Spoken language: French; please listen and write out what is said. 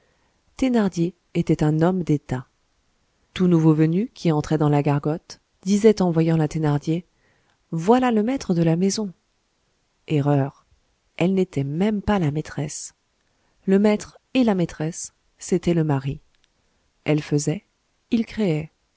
thénardier était un homme d'état tout nouveau venu qui entrait dans la gargote disait en voyant la thénardier voilà le maître de la maison erreur elle n'était même pas la maîtresse le maître et la maîtresse c'était le mari elle faisait il créait